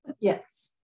Yes